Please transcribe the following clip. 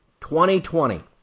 2020